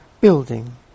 building